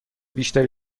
بیشتری